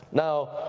now,